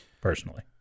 personally